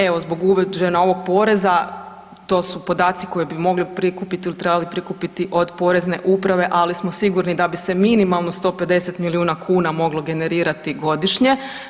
Evo zbog uvođenja ovog poreza to su podaci koje bi mogli prikupiti ili trebali prikupiti od porezne uprave, ali smo sigurni da bi se minimalno 150 milijuna kuna moglo generirati godišnje.